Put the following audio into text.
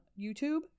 YouTube